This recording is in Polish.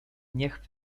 niech